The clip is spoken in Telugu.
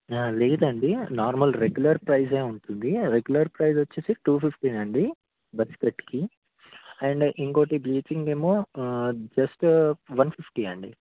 లేదండి నార్మల్ రెగ్యులర్ ప్రైస్ ఉంటుంది రెగ్యులర్ ప్రైస్ వచ్చి టూ ఫిఫ్టీన్ అండి బస్ కార్ట్స్కి అండ్ ఇంకోటి బ్లీచింగ్ ఏమో జస్ట్ వన్ ఫిఫ్టీ అండి